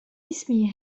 اسمي